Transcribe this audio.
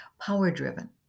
power-driven